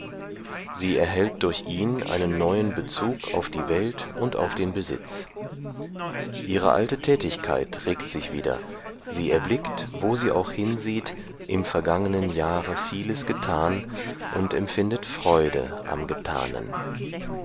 sie erhält durch ihn einen neuen bezug auf die welt und auf den besitz ihre alte tätigkeit regt sich wieder sie erblickt wo sie auch hinsieht im vergangenen jahre vieles getan und empfindet freude am getanen